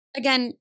again